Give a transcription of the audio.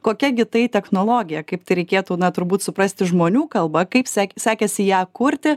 kokia gi tai technologija kaip tai reikėtų na turbūt suprasti žmonių kalba kaip sek sekėsi ją kurti